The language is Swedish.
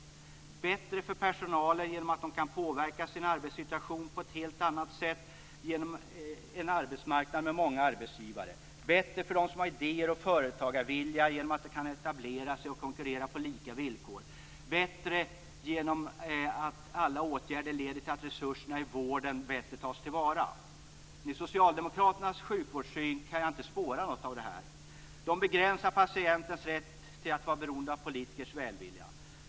Det blir bättre för personalen genom att den kan påverka sin arbetssituation på ett helt annat sätt genom en arbetsmarknad med många arbetsgivare. Det är bättre för dem som har idéer och företagarvilja genom att de kan etablera sig och konkurrera på lika villkor. Det är bättre genom att alla åtgärder leder till att resurserna i vården bättre tas till vara. I socialdemokraternas sjukvårdssyn kan jag tyvärr inte spåra något av detta. De begränsar patientens rätt till att vara beroende av politikers välvilja.